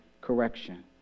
correction